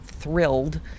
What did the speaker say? thrilled